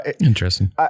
interesting